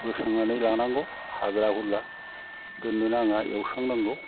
बोस्रांनानै लानांगौ हाग्रा बंग्रा दोननो नाङा एवस्रांनांगौ